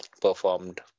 performed